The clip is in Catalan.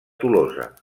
tolosa